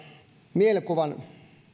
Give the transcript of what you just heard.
mielikuvan